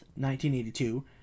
1982